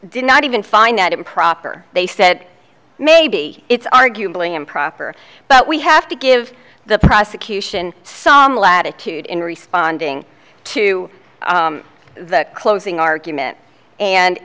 did not even find that improper they said maybe it's arguably improper but we have to give the prosecution some latitude in responding to the closing argument